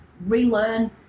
relearn